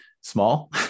small